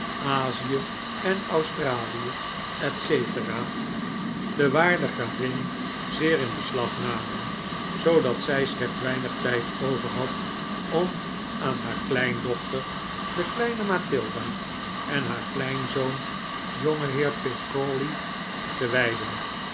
azie en australie etc de waarde gravin zeer in bcslag namen zoodat zij slechts weinig tijd over had om aan haar kleindochter de kleine matilda en haar kleinzoon jongeheer pitt crawley te wijden